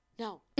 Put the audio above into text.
No